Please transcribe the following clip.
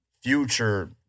Future